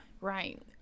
right